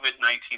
COVID-19